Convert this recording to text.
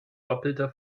doppelter